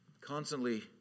constantly